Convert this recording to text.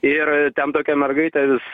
ir ten tokia mergaitė vis